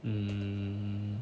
um